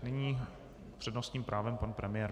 Nyní s přednostním právem pan premiér.